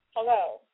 Hello